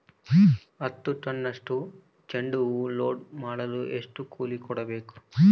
ಹತ್ತು ಟನ್ನಷ್ಟು ಚೆಂಡುಹೂ ಲೋಡ್ ಮಾಡಲು ಎಷ್ಟು ಕೂಲಿ ಕೊಡಬೇಕು?